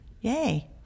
Yay